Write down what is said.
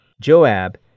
Joab